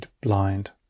blind